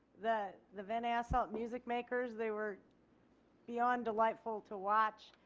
the the van asselt music makers they were beyond delightful to watch.